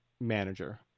manager